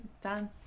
Done